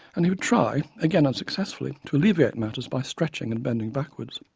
and he would try, again unsuccessfully, to alleviate matters by stretching and bending backwards.